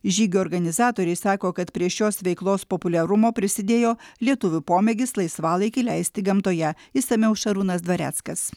žygio organizatoriai sako kad prie šios veiklos populiarumo prisidėjo lietuvių pomėgis laisvalaikį leisti gamtoje išsamiau šarūnas dvareckas